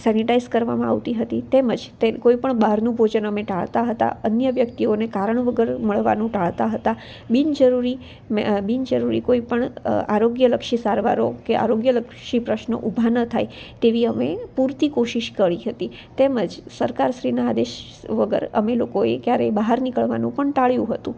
sanitise કરવામાં આવતી હતી તેમજ તે કોઈ પણ બહારનું ભોજન અમે ટાળતા હતા અન્ય વ્યક્તિઓને કારણ વગર મળવાનું ટાળતા હતા બિનજરૂરી મે બિનજરૂરી કોઈ પણ આરોગ્યલક્ષી સારવારો કે આરોગ્યલક્ષી પ્રશ્નો ઊભા ન થાય તેવી અમે પૂરતી કોશિશ કરી હતી તેમજ સરકારશ્રીના આદેશ વગર અમે લોકોએ ક્યારેય બહાર નીકળવાનું પણ ટાળ્યું હતું